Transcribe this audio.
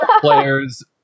players